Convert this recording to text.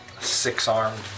six-armed